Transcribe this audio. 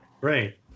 Right